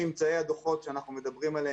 ממצאי הדוחות שאנחנו מדברים עליהם,